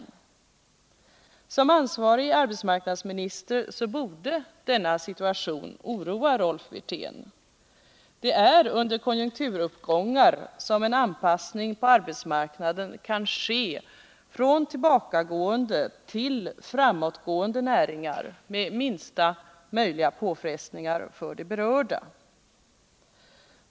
Denna situation borde oroa Rolf Wirtén som ansvarig arbetsmarknadsminister. Det är under konjunkturuppgångar som en anpassning på arbetsmarknaden kan ske från tillbakagående till framåtgående näringar med minsta möjliga påfrestningar för de berörda.